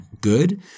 good